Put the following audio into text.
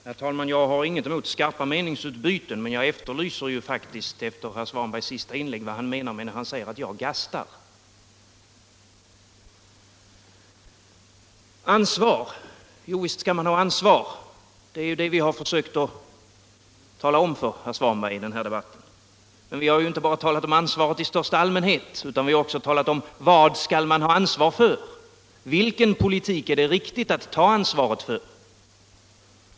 Herr talman! Jag har inget emot skarpa meningsutbyten, men jag efterlyser faktiskt, efter herr Svanbergs senaste inlägg, vad han menar när han säger att jag ”gastar”. Ansvar! Jovisst skall man ha ansvar. Det har vi försökt tala om för herr Svanberg i denna debatt. Men vi har inte bara talat om ansvar i största allmänhet, utan vi har också talat om vad man skall ha ansvar för. Vilken politik är det riktigt att ta ansvaret för?